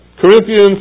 Corinthians